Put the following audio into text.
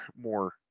more